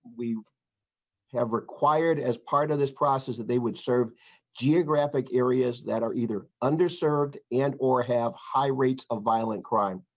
we ever acquired as part of this process that they would serve geographic areas that are either under served and or have high rates of violent crime.